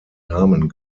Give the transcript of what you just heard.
namen